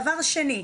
דבר שני,